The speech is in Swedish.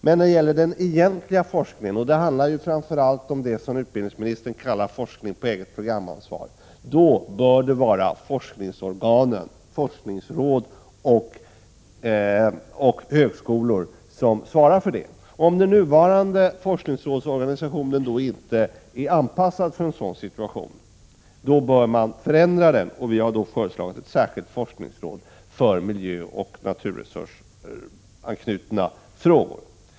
Men den egentliga forskningen — och det handlar framför allt om det som utbildningsministern kallar forskning på eget programansvar — bör forskningsorganen, forskningsråd och högskolor, svara för. Om den nuvarande forskningsrådsorganisationen inte är avpassad för en sådan situation bör man förändra den, och vi har då föreslagit ett särskilt forskningsråd för miljöoch naturresursanknutna frågor.